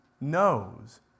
knows